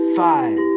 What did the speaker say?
five